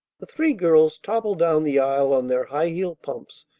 the three girls toppled down the aisle on their high-heeled pumps,